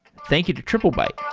thank you to triplebyte